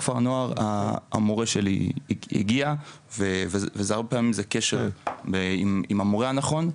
בכפר הנוער המורה שלי הגיע וזה הרבה פעמים קורה בקשר עם המורה הנכון.